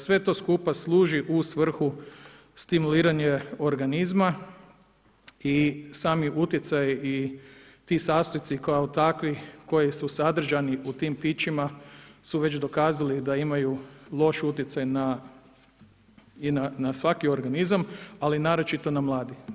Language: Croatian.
Sve to skupa služi u svrhu stimuliranja organizma i sami utjecaj i ti sastojci kao takvi koji su sadržani u tim pićima su već dokazali da imaju loš utjecaj i na svaki organizam, ali naročito na mladi.